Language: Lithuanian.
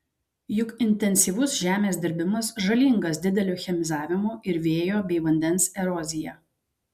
juk intensyvus žemės dirbimas žalingas dideliu chemizavimu ir vėjo bei vandens erozija